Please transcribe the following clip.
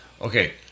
okay